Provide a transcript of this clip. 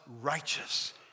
righteous